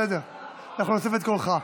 אנחנו נוסיף את קולך,